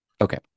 Okay